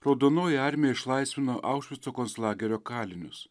raudonoji armija išlaisvino aušvico konclagerio kalinius